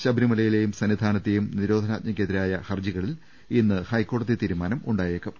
ശബരി മലയിലെയും സന്നിധാനത്തെയും നിരോധനാജ്ഞക്കെതിരായ ഹർജികളിൽ ഇന്ന് ഹൈക്കോടതിയുടെ തീരുമാനം ഉണ്ടായേക്കും